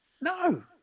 No